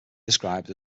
described